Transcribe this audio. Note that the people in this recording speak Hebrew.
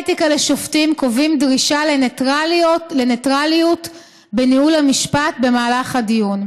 כללי האתיקה לשופטים קובעים דרישה לנייטרליות בניהול המשפט במהלך הדיון.